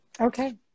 Okay